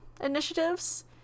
initiatives